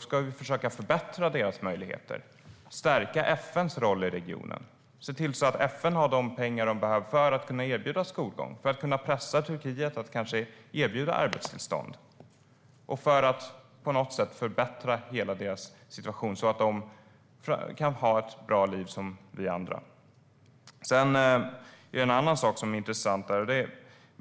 ska försöka förbättra deras möjligheter genom att stärka FN:s roll i regionen och se till att det finns pengar till att kunna erbjuda skolgång, pressa Turkiet att kanske erbjuda arbetstillstånd och förbättra flyktingarnas situation så att de kan ha ett bra liv som vi andra.